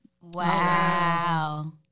Wow